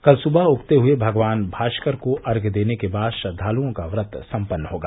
कल सुबह उगते हये भगवान भाष्कर को अर्घ्य देने के बाद श्रद्वालुओं का व्रत सम्पन्न होगा